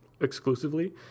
exclusively